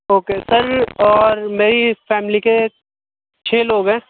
okay sir اور میری family کے چھ لوگ ہیں